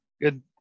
Good